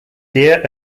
deer